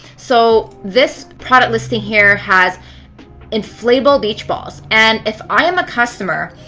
so this product listing here has inflatable beach balls and if i am a customer,